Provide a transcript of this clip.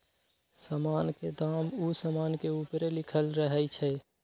समान के दाम उ समान के ऊपरे लिखल रहइ छै